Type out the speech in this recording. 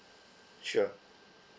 sure